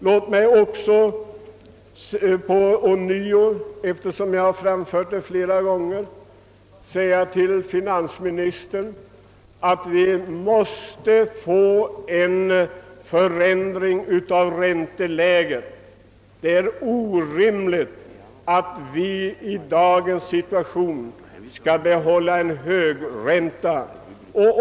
Låt mig ånyo få framhålla för finansministern, att vi måste få till stånd en sänkning av ränteläget. Det är orimligt att vi i dagens situation skall ha en högränta.